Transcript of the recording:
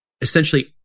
essentially